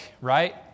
right